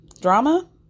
drama